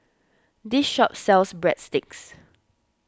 this shop sells Breadsticks